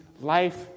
life